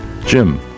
Jim